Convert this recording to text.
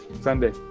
Sunday